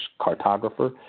cartographer